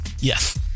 Yes